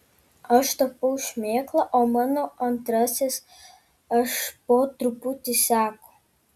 aš tapau šmėkla o mano antrasis aš po truputį seko